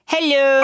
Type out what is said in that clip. Hello